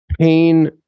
Pain